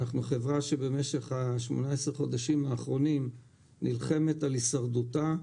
אנחנו חברה שבמשך 18 החודשים האחרונים נלחמת על הישרדותה.